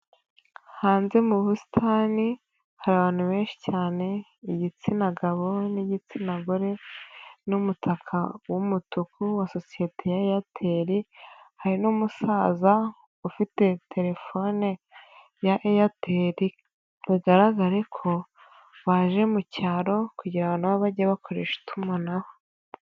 Hanze mu busitani hari abantu benshi cyane igitsina gabo n'igitsina gore n'umutaka w'umutuku wa sosiyete ya Airtel, hari n'umusaza ufite telefone ya Airtel, bigaragare ko baje mu cyaro kugira na bo bajye bakoresha itumanaho.